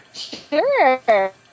Sure